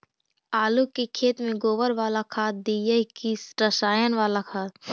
आलू के खेत में गोबर बाला खाद दियै की रसायन बाला खाद?